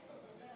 אדוני